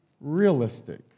realistic